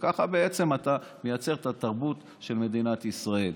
וככה בעצם אתה מייצר את התרבות של מדינת ישראל.